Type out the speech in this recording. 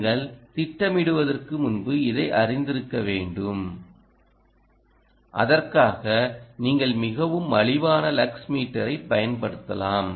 நீங்கள் திட்டமிடுவதற்கு முன்பு இதை அறிந்திருக்க வேண்டும் அதற்காக நீங்கள் மிகவும் மலிவான லக்ஸ் மீட்டரை பயன்படுத்தலாம்